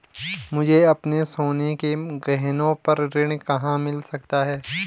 मुझे अपने सोने के गहनों पर ऋण कहाँ मिल सकता है?